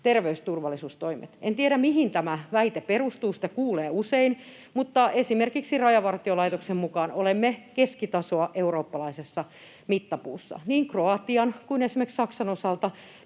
terveysturvallisuustoimet. En tiedä, mihin tämä väite perustuu. Sitä kuulee usein. Mutta esimerkiksi Rajavartiolaitoksen mukaan olemme keskitasoa eurooppalaisessa mittapuussa. Niin Kroatian kuin esimerkiksi Saksan osalta